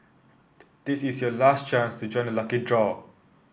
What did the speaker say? this is your last chance to join the lucky draw